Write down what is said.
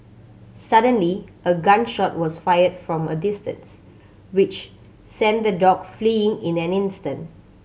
suddenly a gun shot was fired from a distance which sent the dog fleeing in an instant